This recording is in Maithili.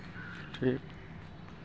ठीक